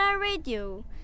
Radio